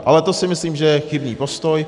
Ale to si myslím, že je chybný postoj.